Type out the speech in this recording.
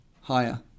Higher